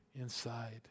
inside